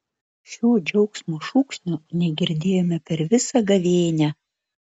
šio džiaugsmo šūksnio negirdėjome per visą gavėnią